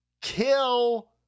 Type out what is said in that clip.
kill